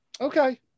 Okay